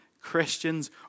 Christians